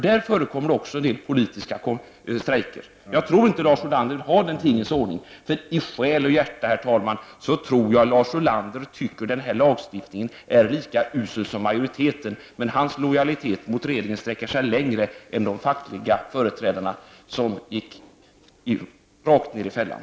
Där förekommer det också en del politiska strejker. Jag tror inte att Lars Ulander vill ha den tingens ordning. Jag tror, herr talman, att Lars Ulander i själ och hjärta tycker att den här lagstiftningen är lika usel som majoriteten anser att den är, men hans lojalitet mot regeringen sträcker sig längre än lojaliteten hos de fackliga företrädare som gick rakt ner i fällan.